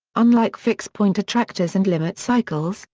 unlike fixed-point attractors and limit cycles,